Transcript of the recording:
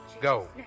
go